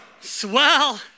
Swell